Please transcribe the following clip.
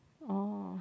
oh